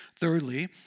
Thirdly